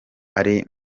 ari